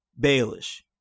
Baelish